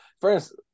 first